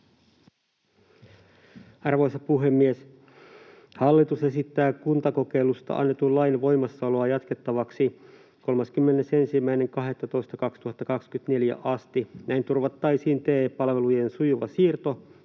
Arvoisa puhemies! Hallitus esittää kuntakokeilusta annetun lain voimassaoloa jatkettavaksi 31.12.2024 asti. Näin turvattaisiin TE-palvelujen sujuva siirto,